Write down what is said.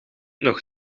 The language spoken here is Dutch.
nog